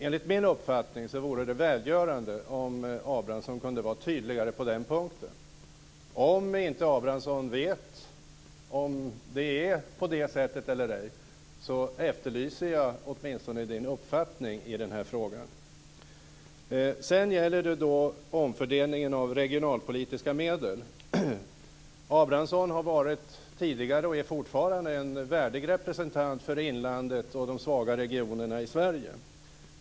Enligt min uppfattning vore det välgörande om Abramsson kunde vara tydligare på den punkten. Om inte Abramsson vet huruvida det är på det sättet eller ej så efterlyser jag åtminstone hans uppfattning i den här frågan. Sedan gäller det omfördelningen av regionalpolitiska medel. Abramsson har tidigare varit, och är fortfarande, en värdig representant för inlandet och de svaga regionerna i Sverige.